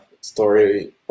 story